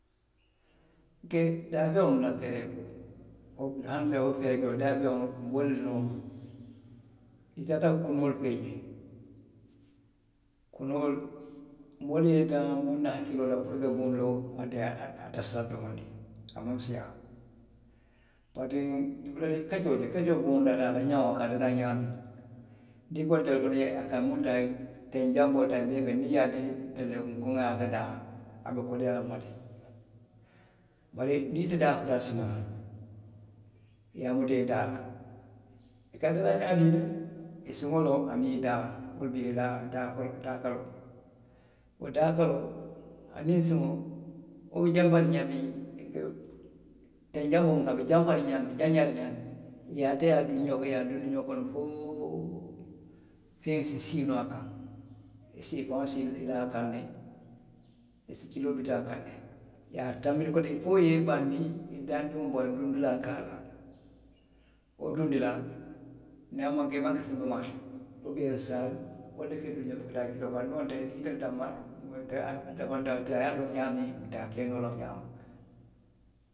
Daafeŋolu la feere hani saayiŋ wo feeree kiliŋ loŋ. daafeŋolu. nbe wolu le nooma. niŋ i taata kunoolu fee jee. Kunoolu, moolu ye daŋ hakkiloo le puru ka buŋolu loo, hani saayiŋ a dasata le domondiŋ, a maŋ siiyaa. kaccoo, kaccoo la buŋ dada, ňeŋo a ka a dadaa ňaamiŋ. deefuwaa ntelu fee a ka munta, teŋ janboo, niŋ i ye a dii ntelu la i ko nŋa a dadaa. a be koleyaa la nma le. bari niŋ itelu ye afarasii naŋ. i ye a muta i daa la. i ka a dadaa ňaadii le?I siŋo loŋ aniŋ i daa, wo loŋ i daa kolomo, i daa kaloo. Wo daa kaloo. aniŋ i siŋo. wo be janfariŋ jaŋ ne, teŋ janboo a be janfariŋ jaŋ ne, a be jaŋayaariŋ ne ňaamiŋ. ye a taa, i ye a dunndi xoo kono, i ye a dunndi ňoo kono fo i si sii noo a kaŋ. Ifaŋ si kiloo laa haŋ, i si kiloo biti a kaŋ ne. i ye a tanbindi koteŋ fo i ye i bandii, i ye daandiŋo bondi, i ye duŋ dulaa ke a la. Wo duŋ dulaa, niŋ a maŋ ke, ubiyeŋ. saa, walla ka futa a la kiloo ma bari niŋ wo nteŋ. ite danmaŋ, i ye a ke ňaamiŋ, nte a ke noo la wo ňaama.